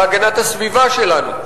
בהגנת הסביבה שלנו.